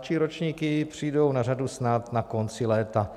Mladší ročníky přijdou na řadu snad na konci léta.